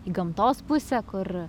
į gamtos pusę kur